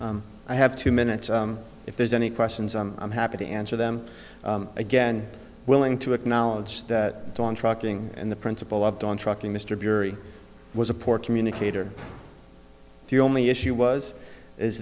much i have two minutes if there's any questions and i'm happy to answer them again willing to acknowledge that on trucking and the principal up on trucking mr burey was a poor communicator the only issue was is